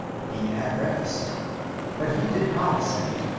be at rest but he did not assent.